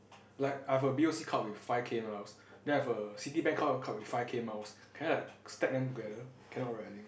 like I have a b_o_c card with five K miles and then I have a Citibank card with five K miles can I like stack them together cannot right I think